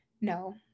No